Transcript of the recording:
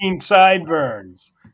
sideburns